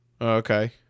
Okay